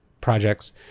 projects